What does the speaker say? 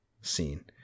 scene